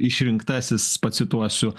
išrinktasis pacituosiu